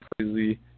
crazy